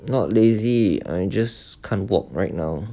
not lazy I just can't walk right now